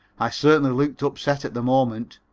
i certainly looked upset at the moment.